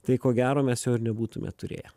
tai ko gero mes jo ir nebūtume turėję